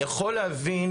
אני יכול להבין,